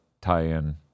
tie-in